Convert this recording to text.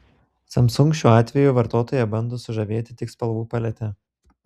samsung šiuo atveju vartotoją bando sužavėti tik spalvų palete